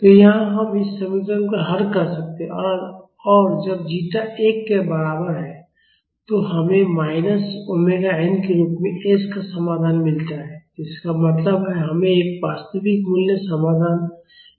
तो यहाँ हम इस समीकरण को हल कर सकते हैं और जब जीटा 1 के बराबर है तो हमें माइनस ओमेगा एन के रूप में s का समाधान मिलता है इसका मतलब है हमें एक वास्तविक मूल्य समाधान मिलता है